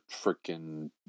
freaking